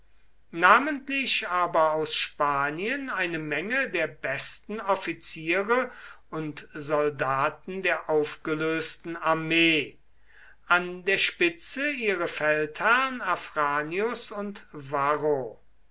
namentlich aber aus spanien eine menge der besten offiziere und soldaten der aufgelösten armee an der spitze ihre feldherrn afranius und varro